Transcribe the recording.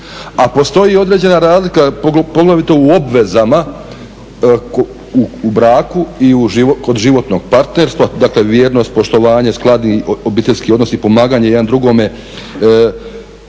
a postoji određena razlika, poglavito u obvezama u braku i kod životnog partnerstva, dakle vjernost, poštovanje, skladni obiteljski odnosi, pomaganje jedan drugome